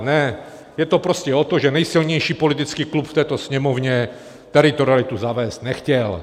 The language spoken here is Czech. Ne, je to prostě o tom, že nejsilnější politický klub v této Sněmovně teritorialitu zavést nechtěl.